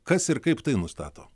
kas ir kaip tai nustato